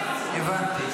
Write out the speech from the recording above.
הבנתי.